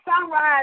sunrise